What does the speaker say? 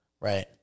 right